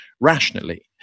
rationally